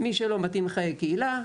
מי שלא מתאים לחיי קהילה,